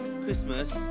Christmas